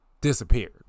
disappeared